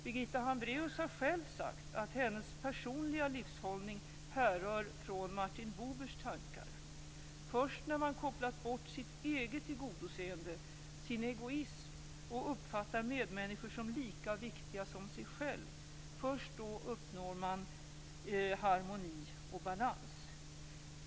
Birgitta Hambraeus har själv sagt att hennes personliga livshållning härrör från Martin Bubers tankar - först när man kopplat bort sin eget tillgodoseende, sin egoism och uppfattar medmänniskor som lika viktiga som sig själv, först då uppnår man harmoni och balans.